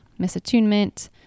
misattunement